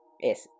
Yes